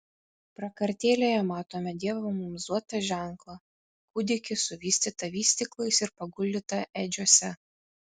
prakartėlėje matome dievo mums duotą ženklą kūdikį suvystytą vystyklais ir paguldytą ėdžiose